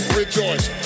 rejoice